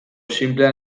xinplean